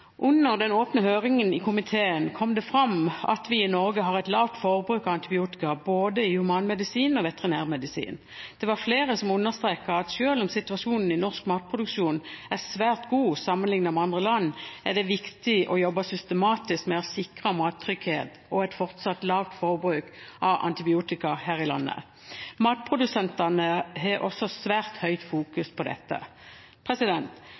Under den åpne høringen i komiteen kom det fram at vi i Norge har et lavt forbruk av antibiotika både i humanmedisin og i veterinærmedisin. Det var flere som understreket at selv om situasjonen i norsk matproduksjon er svært god sammenlignet med andre land, er det viktig å jobbe systematisk med å sikre mattrygghet og et fortsatt lavt forbruk av antibiotika her i landet. Matprodusentene har også svært høyt fokus på dette.